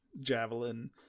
javelin